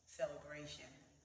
celebration